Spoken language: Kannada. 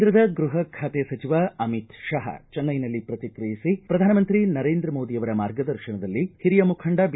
ಕೇಂದ್ರದ ಗೃಹ ಖಾತೆ ಸಚಿವ ಅಮಿತ್ ಕಹಾ ಚೆನ್ನೈನಲ್ಲಿ ಪ್ರತಿಕ್ರಿಯಿಸಿ ಪ್ರಧಾನಮಂತ್ರಿ ನರೇಂದ್ರ ಮೋದಿಯವರ ಮಾರ್ಗದರ್ಶನದಲ್ಲಿ ಹಿರಿಯ ಮುಖಂಡ ಬಿ